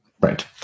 Right